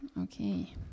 Okay